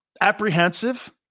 apprehensive